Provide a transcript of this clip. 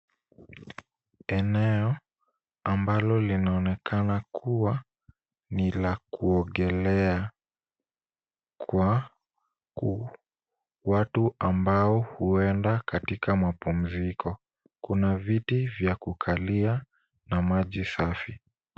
Eneo ambalo linaonekana kuwa ni la kuogelea kwa watu ambao huenda katika mapumziko. Kuna viti vya kukalia na maji safi.